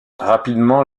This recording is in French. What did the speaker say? rapidement